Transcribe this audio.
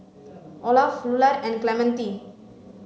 Olaf Lular and Clemente